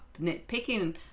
nitpicking